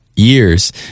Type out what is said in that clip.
years